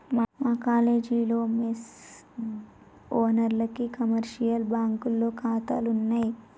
మా కాలేజీలో మెస్ ఓనర్లకి కమర్షియల్ బ్యాంకులో ఖాతాలున్నయ్